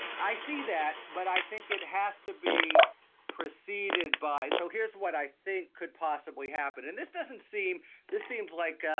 i see that. but i think it has to be preceded by. so here's what i think could possibly happen. and this doesn't seem this seems like,